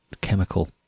chemical